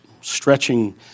stretching